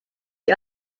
ihr